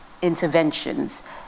Interventions